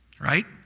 right